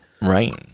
Right